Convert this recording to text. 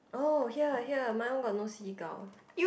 oh here here my one got no seagull